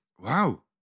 Wow